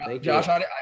Josh